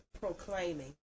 proclaiming